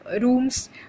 rooms